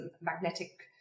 magnetic